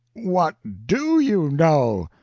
what do you know?